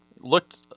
looked